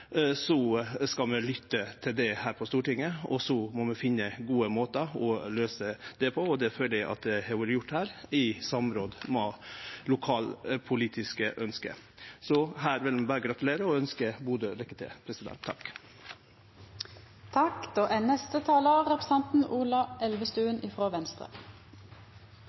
skal vi lytte til det her på Stortinget. Og så må vi finne gode måtar å løyse det på, og det føler eg at har vore gjort her, i samråd med lokalpolitiske ønske. Så her vil eg berre gratulere og ønske Bodø lykke til.